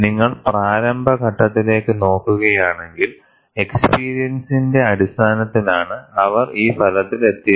നിങ്ങൾ പ്രാരംഭ ഘട്ടത്തിലേക്ക് നോക്കുകയാണെങ്കിൽ എക്സ്പീരിയൻസിന്റെ അടിസ്ഥാനത്തിലാണ് അവർ ഈ ഫലത്തിൽ എത്തിയത്